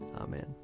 Amen